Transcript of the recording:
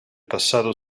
passato